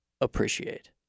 appreciate